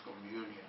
communion